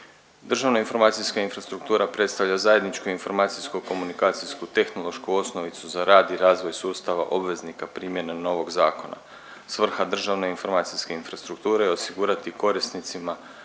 Državna informacijska infrastruktura predstavlja zajedničku informacijsko komunikacijsku tehnološku osnovicu za rad u razvoj sustava obveznika primjene novog zakona. Svrha državne informacijske infrastrukture je osigurati korisnicima